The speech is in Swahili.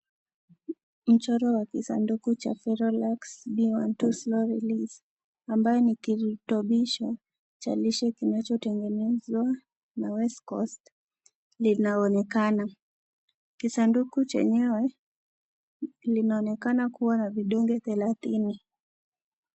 Mchoro wa kisanduku cha (cs) Ferolax B12 slow release ambayo ni kirutubisho cha lishe kinachotengenezwa na waste cost linaonekana, kisanduku chenyewe linaonekana kuwa na vidonge thelatini.